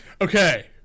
okay